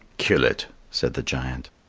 kill it, said the giant.